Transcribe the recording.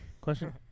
Question